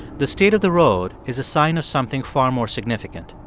the state of the road is a sign of something far more significant.